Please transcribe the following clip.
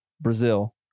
Brazil